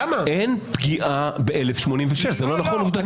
אין פגיעה ב-1,086, זה לא נכון עובדתית.